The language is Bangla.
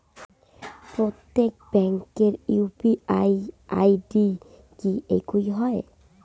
প্রত্যেক ব্যাংকের ইউ.পি.আই আই.ডি কি একই হয়?